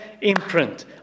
imprint